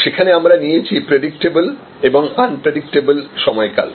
সেখানে আমরা নিয়েছি প্রেডিক্টেবল এবং আনপ্রেডিক্টেবল সময়কাল